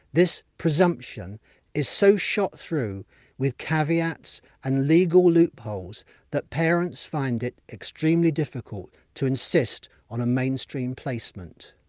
this presumption is so shot through with caveats and legal loopholes that parents find it extremely difficult to insist on a mainstream placement.